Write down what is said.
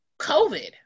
COVID